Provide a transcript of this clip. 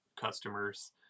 customers